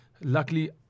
luckily